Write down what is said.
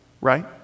right